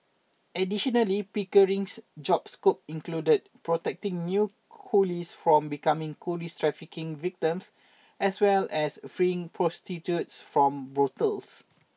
additionally Pickering's job scope included protecting new coolies from becoming coolie trafficking victims as well as freeing prostitutes from brothels